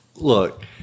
Look